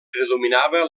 predominava